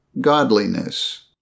godliness